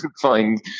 find